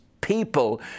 people